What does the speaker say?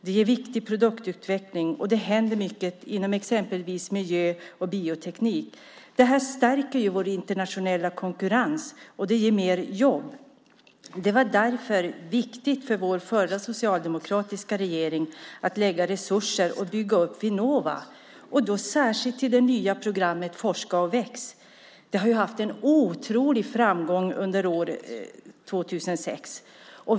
De ger viktig produktutveckling, och det händer mycket inom exempelvis miljö och bioteknik. Detta stärker oss i den internationella konkurrensen och det ger fler jobb. Det var därför viktigt för den socialdemokratiska regeringen att satsa resurser på att bygga upp Vinnova, då särskilt till det nya programmet Forska och väx. Det har haft en otrolig framgång under år 2006.